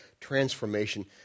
transformation